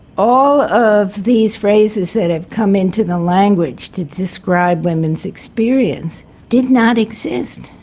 all of these phrases that have come into the language to describe women's experience did not exist.